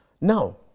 Now